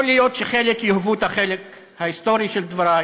יכול להיות שחלק יאהבו את החלק ההיסטורי של דברי